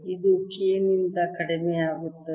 ಇದು K ನಿಂದ ಕಡಿಮೆಯಾಗುತ್ತದೆ